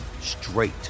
straight